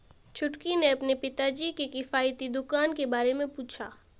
छुटकी ने अपने पिताजी से किफायती दुकान के बारे में पूछा